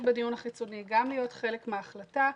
בדיון החיצוני וגם להיות חלק מההחלטה.